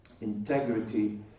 integrity